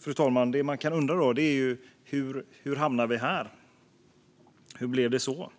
Fru talman! Man kan undra hur vi hamnade här. Hur blev det så